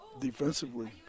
defensively